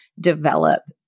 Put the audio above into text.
develop